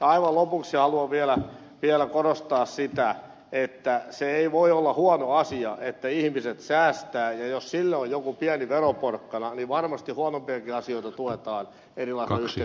aivan lopuksi haluan vielä korostaa sitä että se ei voi olla huono asia että ihmiset säästävät ja jos sille on joku pieni veroporkkana niin varmasti huonompiakin asioita tuetaan erilaisilla yhteiskunnan toiminnoilla